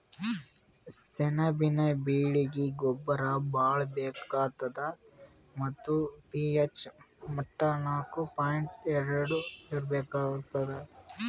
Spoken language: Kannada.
ಸೆಣಬಿನ ಬೆಳೀಗಿ ಗೊಬ್ಬರ ಭಾಳ್ ಬೇಕಾತದ್ ಮತ್ತ್ ಪಿ.ಹೆಚ್ ಮಟ್ಟಾ ನಾಕು ಪಾಯಿಂಟ್ ಎಂಟು ಇರ್ಬೇಕಾಗ್ತದ